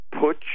put